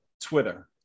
Twitter